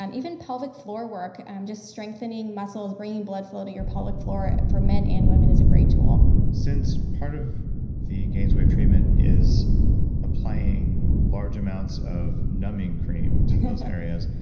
um even pelvic floor work, just strengthening muscles, bringing blood flow to your pelvic floor, for men and women, is a great tool since part of the gainswave treatment is applying large amounts of numbing cream to those areas,